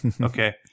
okay